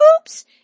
oops